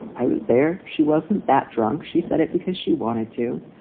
i was there. she wasn't that drunk. she said it because she wanted to.